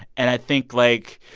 and i think, like,